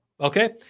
Okay